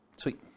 Sweet